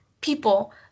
people